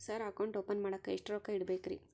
Sir account open ಮಾಡಾಕ ಎಷ್ಟು ರೊಕ್ಕ ಇಡಬೇಕ್ರಿ?